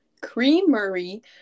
Creamery